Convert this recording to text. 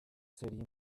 city